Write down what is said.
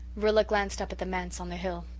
rilla glanced up at the manse on the hill.